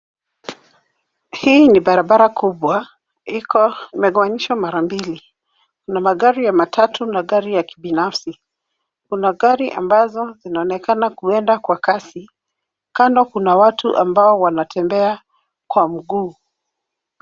Hii ni barabara kubwa iko imegawanyishwa mara mbili. Kuna magari ya matatu na gari ya kibinafsi. Kuna gari ambazo zinaonekana kuenda kwa kasi. Kando kuna watu ambao wanatembea kwa mguu.